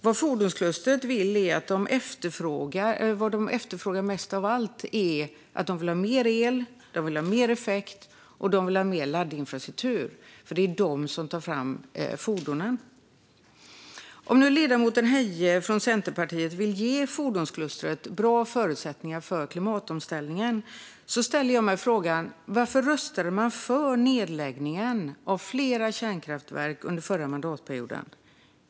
Det fordonsklustret efterfrågar mest av allt är mer el, mer effekt och mer laddinfrastruktur. Det är nämligen de som tar fram fordonen. Om ledamoten Heie från Centerpartiet nu vill ge fordonsklustret bra förutsättningar för klimatomställningen undrar jag varför man röstade för nedläggning av flera kärnkraftverk under förra mandatperioden.